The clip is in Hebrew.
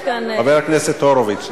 חבר הכנסת הורוביץ,